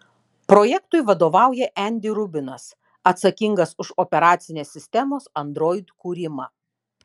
projektui vadovauja andy rubinas atsakingas už operacinės sistemos android kūrimą